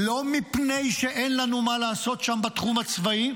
לא מפני שאין לנו מה לעשות שם בתחום הצבאי,